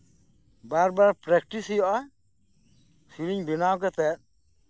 ᱵᱟᱨᱼᱵᱟᱨ practice ᱦᱩᱭᱩᱜᱼᱟ ᱥᱤᱨᱤᱧ ᱵᱮᱱᱟᱣ ᱠᱟᱛᱮᱫ